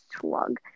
slug